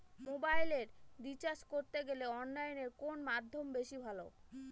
মোবাইলের রিচার্জ করতে গেলে অনলাইনে কোন মাধ্যম বেশি ভালো?